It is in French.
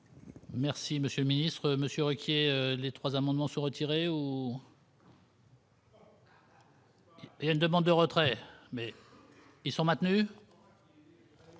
Merci monsieur le ministre, Monsieur Ruquier les 3 amendements sont retirés ou. Il y a une demande de retrait, mais ils sont maintenus.